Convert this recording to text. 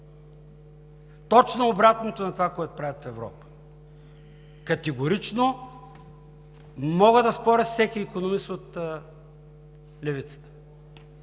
Точно обратното на това, което правят в Европа. Категорично! Мога да споря с всеки икономист от Левицата.